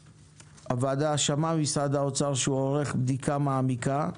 הוועדה שמעה ממשרד האוצר שהוא עורך בדיקה מעמיקה,